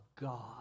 God